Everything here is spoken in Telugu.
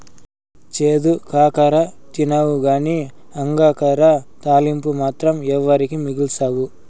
చేదు కాకర తినవుగానీ అంగాకర తాలింపు మాత్రం ఎవరికీ మిగల్సవు